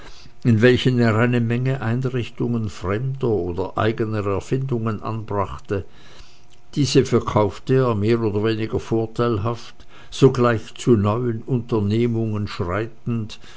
in welchen er eine menge einrichtungen fremder oder eigener erfindung anbrachte diese verkaufte er mehr oder weniger vorteilhaft sogleich zu neuen unternehmungen schreitend